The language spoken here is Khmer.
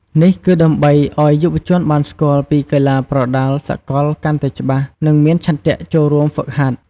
នេះគឺដើម្បីឲ្យយុវជនបានស្គាល់ពីកីឡាប្រដាល់សកលកាន់តែច្បាស់ និងមានឆន្ទៈចូលរួមហ្វឹកហាត់។